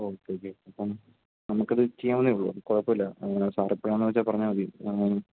okay okay അപ്പം നമുക്ക് അത് ചെയ്യാവുന്നതേയുള്ളു കുഴപ്പമില്ല സാറെപ്പഴാന്നു വെച്ചാൽ പറഞ്ഞാൽ മതി